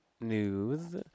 News